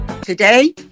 Today